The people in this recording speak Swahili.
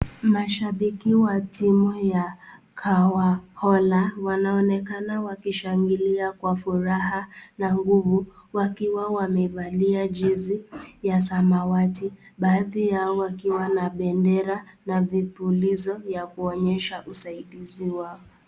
Mashambiki wa timu ya Khwakhola wanaonekana wakishangilia kwa furaha na nguvu wakiwa wamevalia jezi ya samawati. Baadhi yao wakiwa na bendera na vipulizo vya kuonyesha usaidizi wao.